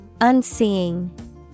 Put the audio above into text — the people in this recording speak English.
Unseeing